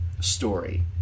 story